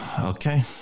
Okay